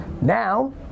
Now